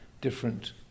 different